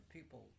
People